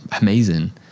amazing